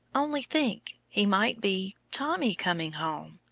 only think, he might be tommy coming home!